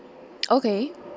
okay